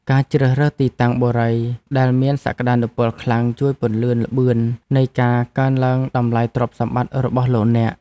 ការជ្រើសរើសទីតាំងបុរីដែលមានសក្តានុពលខ្លាំងជួយពន្លឿនល្បឿននៃការកើនឡើងតម្លៃទ្រព្យសម្បត្តិរបស់លោកអ្នក។